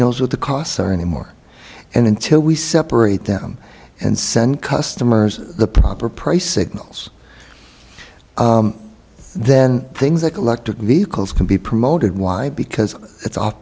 knows what the costs are anymore and until we separate them and send customers the proper price signals then things like electric vehicles can be promoted why because it's